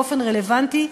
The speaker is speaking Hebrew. באופן רלוונטי,